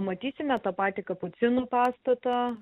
matysime tą patį kapucinų pastatą